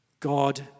God